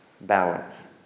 balance